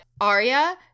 Arya